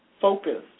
focused